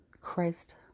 christ